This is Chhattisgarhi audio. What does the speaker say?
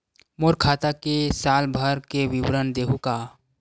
मोर खाता के साल भर के विवरण देहू का?